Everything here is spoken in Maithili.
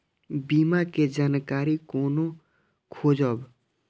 बीमा के जानकारी कोना खोजब?